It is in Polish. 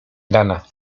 znana